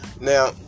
Now